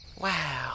Wow